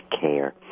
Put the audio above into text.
care